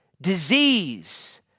disease